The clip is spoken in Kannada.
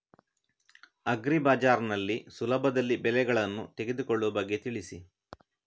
ಅಗ್ರಿ ಬಜಾರ್ ನಲ್ಲಿ ಸುಲಭದಲ್ಲಿ ಬೆಳೆಗಳನ್ನು ತೆಗೆದುಕೊಳ್ಳುವ ಬಗ್ಗೆ ತಿಳಿಸಿ